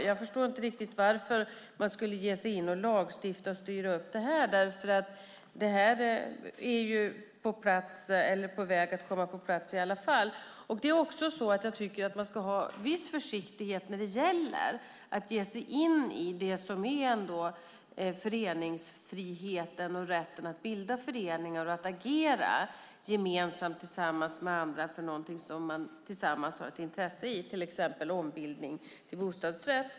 Jag förstår inte riktigt varför man skulle ge sig in och lagstifta och styra upp det här eftersom det ju är på väg att komma på plats i alla fall. Jag tycker också att man ska ha viss försiktighet när det gäller att ge sig in i det som ändå är föreningsfriheten och rätten att bilda föreningar och agera tillsammans med andra för någonting som man har ett gemensamt intresse i, till exempel ombildning till bostadsrätt.